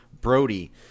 Brody